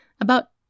About-